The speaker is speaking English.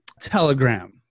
Telegram